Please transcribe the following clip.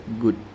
good